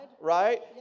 right